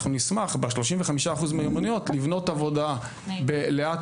אנחנו נשמח ב-35% מיומנויות לבנות עבודה לאט-לאט,